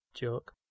joke